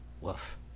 Woof